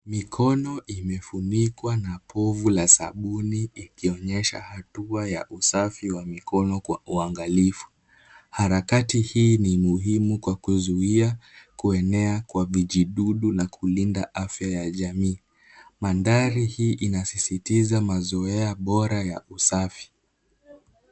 Mikono imefunikwa na pofu la sabuni ikionyesha hatua ya usafi wa mikono kwa uangalifu. Harakati hii ni muhimu kwa kuzuia kuenea kwa vijidudu na kulinda afya ya jamii. Mandhari hii inasisitiza mazoea bora ya usafi.